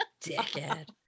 dickhead